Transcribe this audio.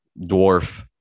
dwarf